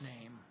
name